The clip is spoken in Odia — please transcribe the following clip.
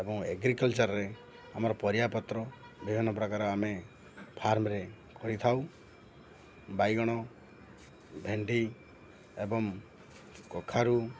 ଏବଂ ଏଗ୍ରିକଲଚର୍ରେ ଆମର ପରିବା ପତ୍ର ବିଭିନ୍ନ ପ୍ରକାର ଆମେ ଫାର୍ମରେ କରିଥାଉ ବାଇଗଣ ଭେଣ୍ଡି ଏବଂ କଖାରୁ